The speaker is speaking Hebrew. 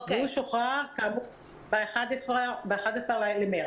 הוא שוחרר ב-11 במרץ.